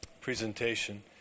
presentation